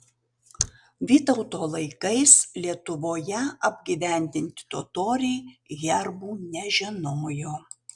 vytauto laikais lietuvoje apgyvendinti totoriai herbų nežinojo